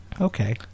okay